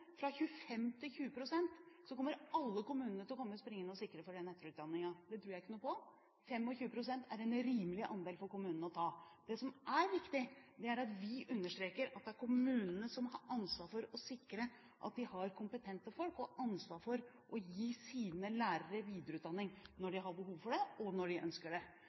fra 25 til 20 pst., så kommer alle kommunene til å komme springende for å sikre den etterutdanningen. Det tror jeg ikke noe på. 25 pst. er en rimelig andel for kommunene å ta. Det som er viktig, er at vi understreker at det er kommunene som har ansvar for å sikre at de har kompetente folk og ansvar for å gi sine lærere videreutdanning når de har behov for det, og når de ønsker det.